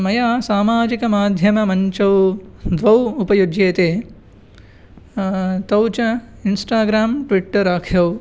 मया सामाजिकमाध्यममञ्चौ द्वौ उपयुज्येते तौ च इन्स्टाग्राम् ट्विट्टर् आख्यौ